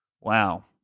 Wow